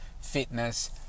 fitness